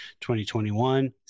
2021